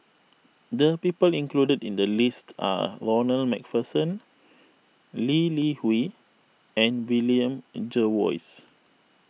the people included in the list are Ronald MacPherson Lee Li Hui and William Jervois